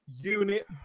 UNIT